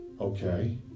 Okay